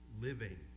living